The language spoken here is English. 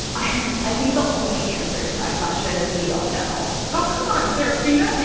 i think the only answer to that question is we don't know oh, come on, sarafina.